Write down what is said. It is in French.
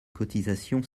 cotisations